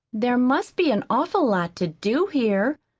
there must be an awful lot to do here.